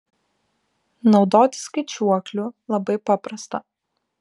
naudotis skaičiuokliu labai paprasta